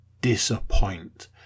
disappoint